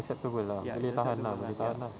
acceptable lah boleh tahan lah boleh tahan lah